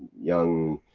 young,